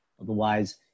Otherwise